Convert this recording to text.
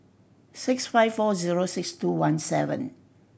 six five four zero six two one seven